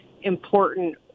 important